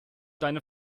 deine